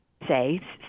say